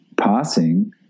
passing